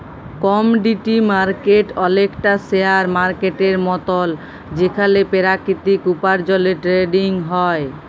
commodity market অলেকটা share মার্কেটের মতল যেখালে পেরাকিতিক উপার্জলের টেরেডিং হ্যয়